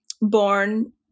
born